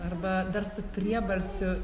arba dar su priebalsiu